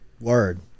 Word